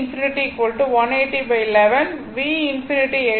v∞ ஐ எழுதவில்லை